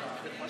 העיר